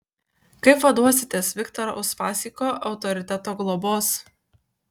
kaip vaduositės viktoro uspaskicho autoriteto globos